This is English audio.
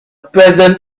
pleasant